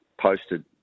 posted